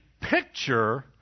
picture